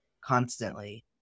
constantly